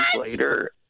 later